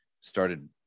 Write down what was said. started